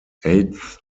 eighth